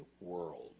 world